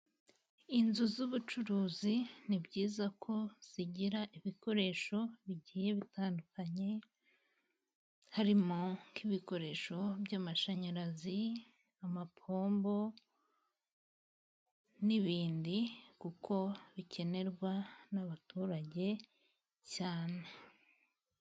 Inzu zubucuruzi ni byiza ko zigira ibikoresho bigiye bitandukanye, harimo nk'ibikoresho by'amashanyarazi, amapombo n'ibindi kuko bikenerwa n'abaturage cyane.